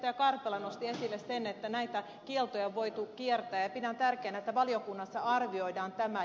karpela nosti esille sen että näitä kieltoja on voitu kiertää ja pidän tärkeänä että valiokunnassa arvioidaan tämä